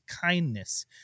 kindness